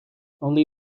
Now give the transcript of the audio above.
only